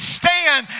stand